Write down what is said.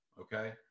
Okay